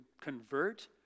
convert